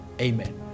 Amen